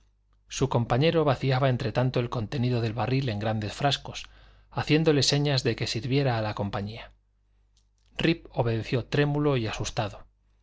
su compañero vaciaba entretanto el contenido del barril en grandes frascos haciéndole señas de que sirviera a la compañía rip obedeció trémulo y asustado